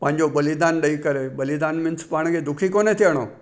पांजो बलिदानु ॾेई करे बलिदानु मीन्स पाण खे दुखी कोन थियणो